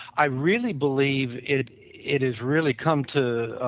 i really believe it it has really come to